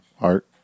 art